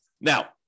Now